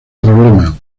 problema